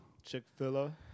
Chick-fil-A